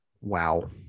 Wow